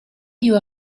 you